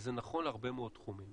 שזה נכון להרבה מאוד תחומים.